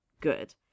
good